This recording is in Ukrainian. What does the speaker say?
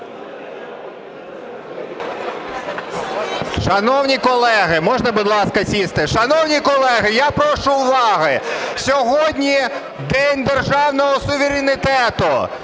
Шановні колеги, можна, будь ласка сісти. Шановні колеги, я прошу уваги. Сьогодні День державного суверенітету,